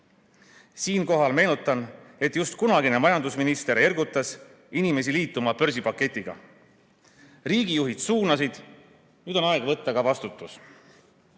Siinkohal meenutan, et just kunagine majandusminister ergutas inimesi liituma börsipaketiga. Riigijuhid suunasid, nüüd on aeg võtta ka vastutus.